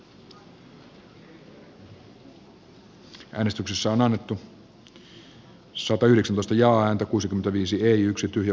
käsittelyn pohjana on maa ja metsätalousvaliokunnan mietintö